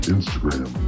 Instagram